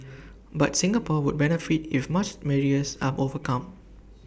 but Singapore would benefit if much barriers are overcome